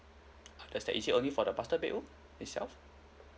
uh that is it only for the master bedroom itself